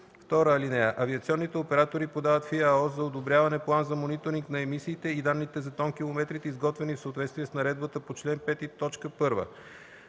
(2) Авиационните оператори подават в ИАОС за одобряване план за мониторинг на емисиите и данните за тонкилометрите, изготвен в съответствие с наредбата по чл. 5,